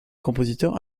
compositeur